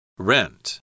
Rent